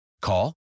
Call